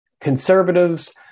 conservatives